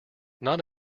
not